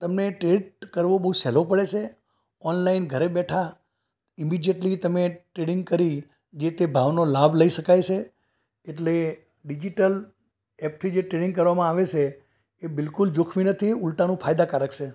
એમને ટ્રીટ કરવું બહુ સહેલું પડે છે ઑનલાઈન ઘરે બેઠાં ઇમિડીએટૅલી તમે ટ્રેડિંગ કરી જે તે ભાવનો લાભ લઈ શકાય છે એટલે ડિજિટલ ઍપથી જે ટ્રેડિંગ કરવામાં આવે છે એ બિલકુલ જોખમી નથી ઉલટાનું ફાયદાકારક છે